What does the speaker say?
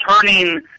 turning